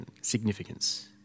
significance